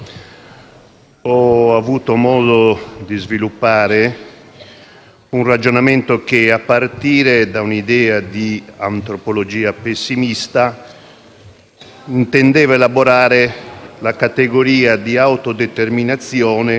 un ragionamento che, a partire da un'idea di antropologia pessimista, intendeva elaborare la categoria di autodeterminazione come principio costitutivo della personalità umana.